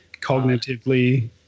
cognitively